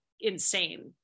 insane